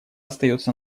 остается